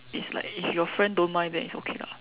it's like if your friend don't mind then it's okay lah